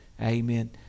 Amen